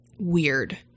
weird